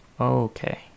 okay